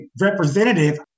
representative